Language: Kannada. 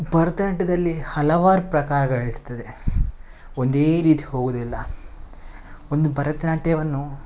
ಭರತನಾಟ್ಯದಲ್ಲಿ ಹಲವಾರು ಪ್ರಕಾರಗಳಿರ್ತದೆ ಒಂದೇ ರೀತಿ ಹೋಗುವುದಿಲ್ಲ ಒಂದು ಭರತನಾಟ್ಯವನ್ನು